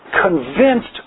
convinced